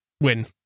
win